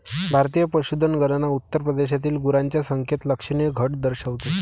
भारतीय पशुधन गणना उत्तर प्रदेशातील गुरांच्या संख्येत लक्षणीय घट दर्शवते